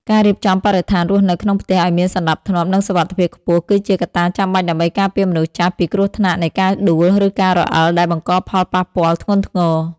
ការរៀបចំបរិស្ថានរស់នៅក្នុងផ្ទះឱ្យមានសណ្តាប់ធ្នាប់ និងសុវត្ថិភាពខ្ពស់ គឺជាកត្តាចាំបាច់ដើម្បីការពារមនុស្សចាស់ពីគ្រោះថ្នាក់នៃការដួល ឬការរអិលដែលបង្កផលប៉ះពាល់ធ្ងន់ធ្ងរ។